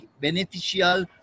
beneficial